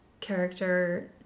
character